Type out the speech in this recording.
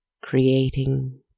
creating